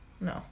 no